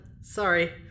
sorry